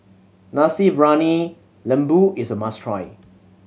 Nasi Briyani Lembu is a must try